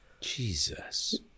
Jesus